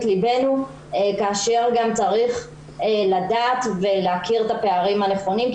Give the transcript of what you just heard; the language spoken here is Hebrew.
ליבנו כאשר גם צריך לדעת ולהכיר את הפערים הנכונים,